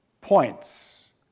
points